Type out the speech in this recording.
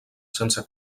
sense